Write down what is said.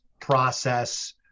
process